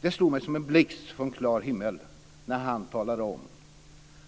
Det slog mig som en blixt från klar himmel när han talade om